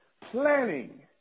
Planning